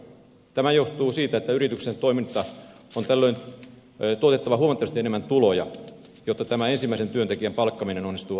tämä johtuu siitä että yrityksen toiminnan on tällöin tuotettava huomattavasti enemmän tuloja jotta tämä ensimmäisen työntekijän palkkaaminen onnistuu aidosti